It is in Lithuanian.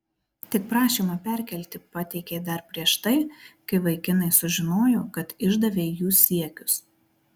tik prašymą perkelti pateikei dar prieš tai kai vaikinai sužinojo kad išdavei jų siekius